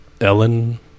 Ellen